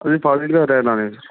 ਅਸੀਂ ਫਾਜ਼ਿਲਕਾ ਦੇ ਰਹਿਣ ਵਾਲੇ ਹਾਂ ਸਰ